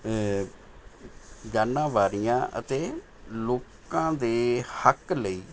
ਜਾਨਾਂ ਵਾਰੀਆਂ ਅਤੇ ਲੋਕਾਂ ਦੇ ਹੱਕ ਲਈ